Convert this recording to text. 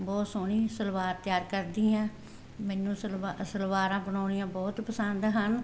ਬਹੁਤ ਸੋਹਣੀ ਸਲਵਾਰ ਤਿਆਰ ਕਰਦੀ ਹਾਂ ਮੈਨੂੰ ਸਲਵਾਰ ਸਲਵਾਰਾਂ ਬਣਾਉਣੀਆਂ ਬਹੁਤ ਪਸੰਦ ਹਨ